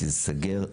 תיסגר,